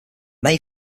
may